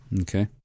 Okay